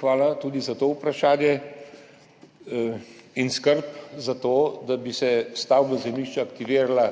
Hvala tudi za to vprašanje in skrb za to, da bi se stavbna zemljišča aktivirala